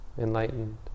enlightened